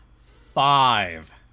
five